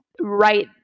right